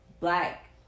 black